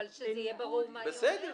אבל שזה יהיה ברור מה היא אומרת.